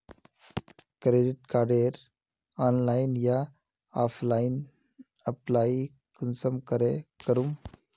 Credit कार्डेर online या offline apply कुंसम करे करूम?